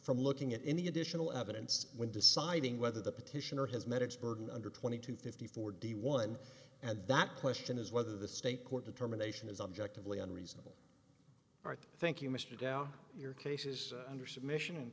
from looking at any additional evidence when deciding whether the petitioner has met its burden under twenty two fifty four d one and that question is whether the state court determination is objectively unreasonable or thank you mr down your case is under submission